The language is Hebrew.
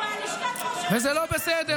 ראשי מועצה ישנים בלשכת ראש הממשלה,